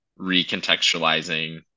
recontextualizing